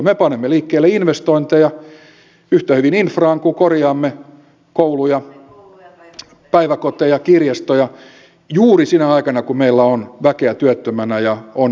me panemme liikkeelle investointeja yhtä hyvin infraan kuin korjaamme kouluja päiväkoteja ja kirjastoja juuri sinä aikana kun meillä on väkeä työttöminä ja yrittäjillä on kapasiteettia